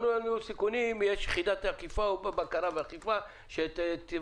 יש יחידת אכיפה ובקרה שתבקר.